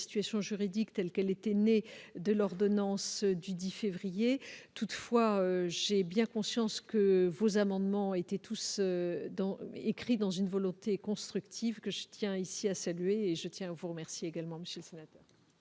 situation juridique telle qu'elle était née de l'ordonnance du 10 février toutefois j'ai bien conscience que vos amendements étaient tous dans écrit dans une volonté constructive que je tiens ici à saluer et je tiens à vous remercier également Monsieur. Merci